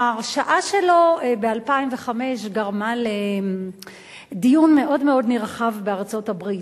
ההרשעה שלו ב-2005 גרמה לדיון מאוד מאוד נרחב בארצות-הברית,